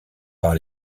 par